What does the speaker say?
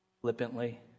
flippantly